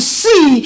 see